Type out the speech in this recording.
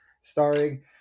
starring